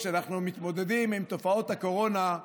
שבה אנחנו מתמודדים עם תופעות הקורונה,